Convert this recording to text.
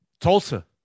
Tulsa